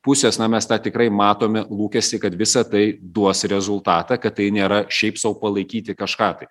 pusės na mes tą tikrai matome lūkestį kad visa tai duos rezultatą kad tai nėra šiaip sau palaikyti kažką tai